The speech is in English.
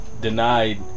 denied